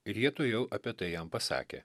ir jie tuojau apie tai jam pasakė